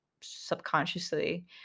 subconsciously